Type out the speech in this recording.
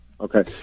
okay